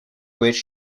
which